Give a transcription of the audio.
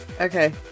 Okay